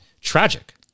tragic